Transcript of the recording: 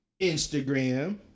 Instagram